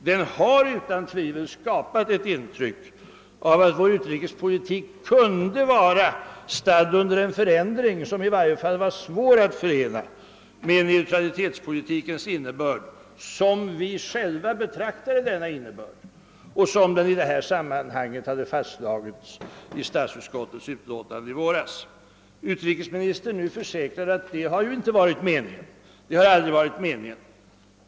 Denna oskicklighet har utan tvivel skapat ett intryck av att vår utrikespolitik kunde vara stadd under en förändring som i varje fall var svår att förena med neutralitetspolitikens innebörd, sådan vi själva betraktade denna innebörd och som den i detta sammanhang hade fastslagits i utrikesutskottets utlåtande i våras. Utrikesministern försäkrar nu att detta aldrig varit meningen.